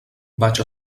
vaig